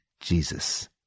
Jesus